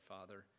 Father